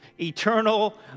eternal